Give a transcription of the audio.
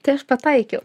tai aš pataikiau